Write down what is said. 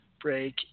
break